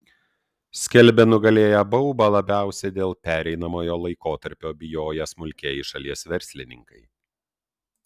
skelbia nugalėję baubą labiausiai dėl pereinamojo laikotarpio bijoję smulkieji šalies verslininkai